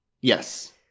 Yes